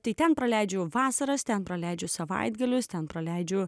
ten praleidžiu vasaras ten praleidžiu savaitgalius ten praleidžiu